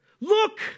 Look